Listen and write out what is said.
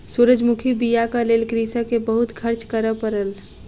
सूरजमुखी बीयाक लेल कृषक के बहुत खर्च करअ पड़ल